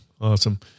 Awesome